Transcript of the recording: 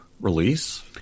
release